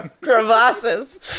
Crevasses